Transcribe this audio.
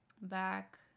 back